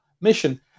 mission